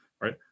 right